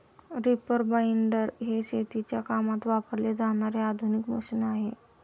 reaper binder हे शेतीच्या कामात वापरले जाणारे आधुनिक मशीन आहे